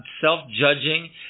self-judging